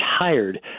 tired